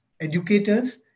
educators